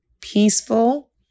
peaceful